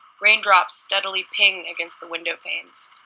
raindrops steadily ping against the window panes.